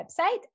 website